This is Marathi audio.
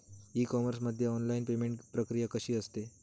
ई कॉमर्स मध्ये ऑनलाईन पेमेंट प्रक्रिया कशी असते?